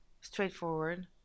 straightforward